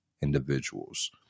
individuals